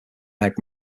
meg